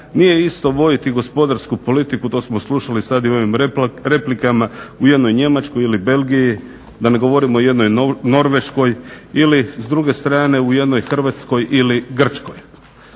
Nije isto voditi gospodarsku politiku, to smo slušali sada i u ovim replikama, u jednoj Njemačkoj ili Belgiji, da ne govorimo o jednoj Norveškoj, ili s druge strane u jednoj Hrvatskoj ili Grčkoj.